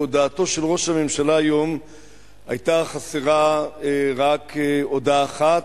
בהודעתו של ראש הממשלה היום היתה חסרה רק הודעה אחת,